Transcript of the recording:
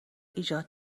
ایجاد